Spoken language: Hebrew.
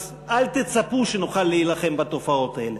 אז אל תצפו שנוכל להילחם בתופעות האלה.